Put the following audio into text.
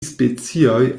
specioj